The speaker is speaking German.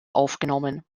aufgenommen